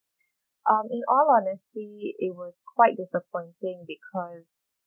um in all honesty it was quite disappointing because